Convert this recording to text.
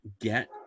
get